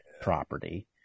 property